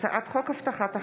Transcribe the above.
הצעת חוק רכזי